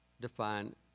define